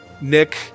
Nick